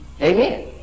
amen